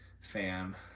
fan